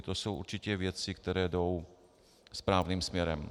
To jsou určitě věci, které jdou správným směrem.